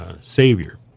Savior